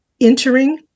entering